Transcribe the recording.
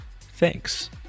Thanks